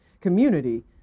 community